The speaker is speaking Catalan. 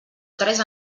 tres